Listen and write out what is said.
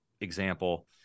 example